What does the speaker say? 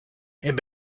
and